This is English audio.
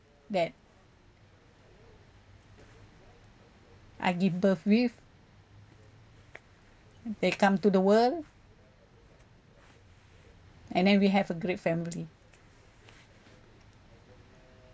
that I give birth with they come to the world and then we have a great family